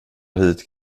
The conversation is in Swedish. hit